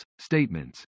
statements